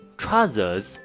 trousers